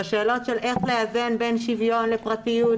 בשאלות של איך לאזן בין שוויון לפרטיות,